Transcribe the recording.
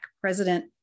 President